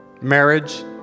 marriage